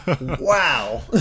wow